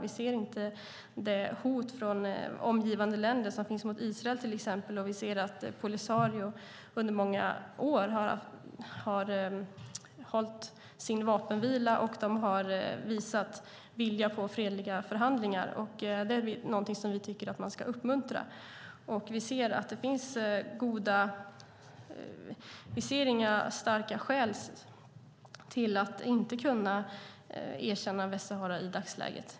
Vi ser inte det hot från omgivande länder som till exempel finns mot Israel. Vi ser att Polisario under många år har hållit sin vapenvila och visat vilja till fredliga förhandlingar. Det är någonting som vi tycker att man ska uppmuntra. Vi ser inga starka skäl till att inte kunna erkänna Västsahara i dagsläget.